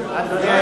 אדוני